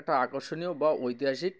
একটা আকর্ষণীয় বা ঐতিহাসিক